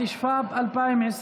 התשפ"ב 2021,